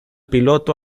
piloto